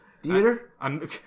Theater